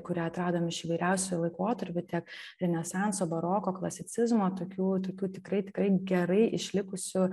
kurią atradom iš įvairiausių laikotarpių tiek renesanso baroko klasicizmo tokių tokių tikrai tikrai gerai išlikusių